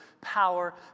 power